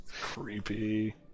Creepy